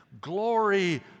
glory